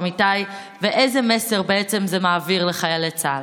אמיתי ואיזה מסר זה מעביר לחיילי צה"ל.